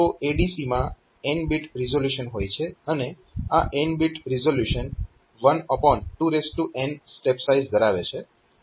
તો ADC માં n bit resolution હોય છે અને આ n bit resolution 12n step size ધરાવે છે